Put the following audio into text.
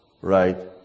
right